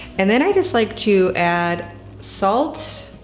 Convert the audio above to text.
and then i just like to add salt,